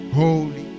holy